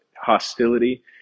hostility